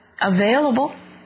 available